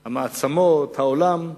המעצמות, העולם.